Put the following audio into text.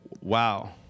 wow